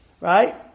Right